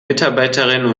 mitarbeiterinnen